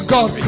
God